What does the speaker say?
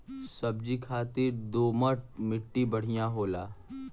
सब्जी खातिर दोमट मट्टी बढ़िया होला